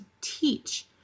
teach